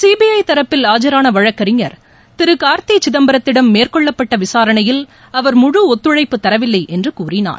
CBI தரப்பில் ஆஜரான வழக்கறிஞர் திரு ஊர்த்தி சிதம்பரத்திடம் மேற்கொள்ளப்பட்ட விசாரணையில் அவர் முழு ஒத்துழைப்பு தரவில்லை என்றும் கூறினார்